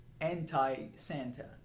anti-Santa